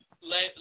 Let